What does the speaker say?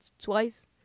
twice